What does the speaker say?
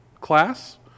class